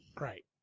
right